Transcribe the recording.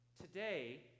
Today